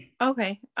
Okay